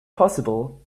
possible